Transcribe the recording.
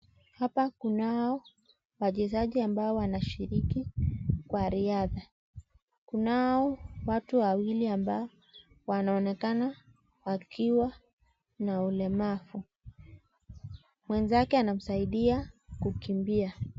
Hapa kunao wachezaji ambao wanashiriki kwa riadha. Kunao watu wawili ambao wanaonekana wakiwa na ulemavu. Mwenzake anamsaidia kukimbia.